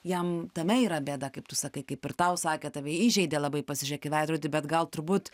jam tame yra bėda kaip tu sakai kaip ir tau sakė tave įžeidė labai pasižiūrėk į veidrodį bet gal turbūt